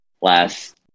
last